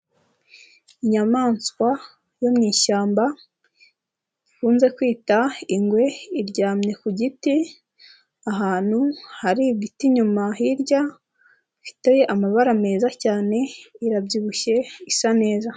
Inyamaswa yo mu ishyamba dukunze kwita ingwe, iryamye ku giti ahantu hari ibiti inyuma hirya, ifite amabara meza cyane, irabyibushye isa neza.